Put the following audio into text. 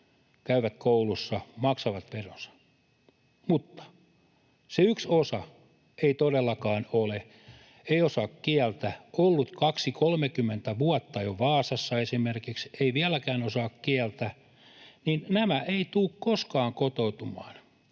käyvät koulussa, maksavat veronsa — mutta se yksi osa ei todellakaan ole, eivät osaa kieltä, ovat esimerkiksi olleet 20—30 vuotta jo Vaasassa ja eivät vieläkään osaa kieltä. Nämä eivät tule koskaan kotoutumaan,